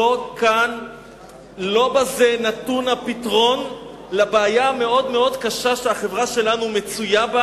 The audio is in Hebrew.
לא בזה נתון הפתרון לבעיה המאוד-מאוד קשה שהחברה שלנו מצויה בה,